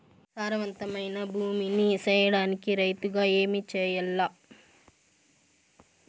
సారవంతమైన భూమి నీ సేయడానికి రైతుగా ఏమి చెయల్ల?